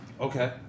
Okay